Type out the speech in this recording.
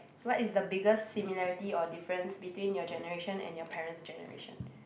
what is the biggest similarity or difference between your generation and your parent's generation